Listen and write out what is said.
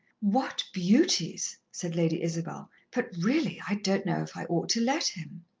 what beauties! said lady isabel. but, really, i don't know if i ought to let him.